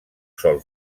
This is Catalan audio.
sol